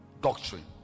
Doctrine